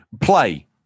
play